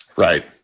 Right